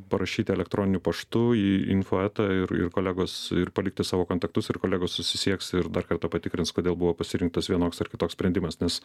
parašyti elektroniniu paštu į info eta ir ir kolegos ir palikti savo kontaktus ir kolegos susisieks ir dar kartą patikrins kodėl buvo pasirinktas vienoks ar kitoks sprendimas nes